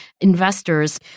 investors